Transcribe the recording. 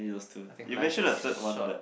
I think life is short